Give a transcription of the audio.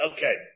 Okay